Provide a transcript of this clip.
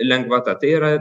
lengvata tai yra